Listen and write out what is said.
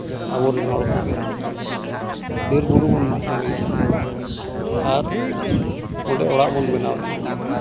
ᱟᱵᱚᱨᱮᱱ ᱦᱚᱲ ᱠᱚᱜᱮ ᱵᱤᱨᱼᱵᱩᱨᱩ ᱵᱚᱱ ᱢᱟᱜ ᱴᱟᱺᱰᱤᱭᱮᱫᱼᱟ ᱟᱨ ᱚᱸᱰᱮ ᱚᱲᱟᱜ ᱵᱚᱱ ᱵᱮᱱᱟᱣᱮᱜᱼᱟ